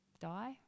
Die